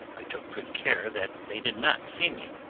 i took good care that they did not see me,